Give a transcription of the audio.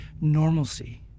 normalcy